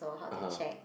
(uh huh)